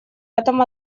этом